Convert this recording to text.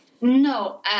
No